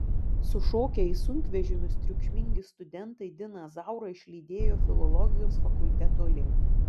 sušokę į sunkvežimius triukšmingi studentai diną zaurą išlydėjo filologijos fakulteto link